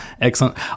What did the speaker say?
Excellent